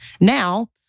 Now